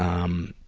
um,